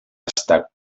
estar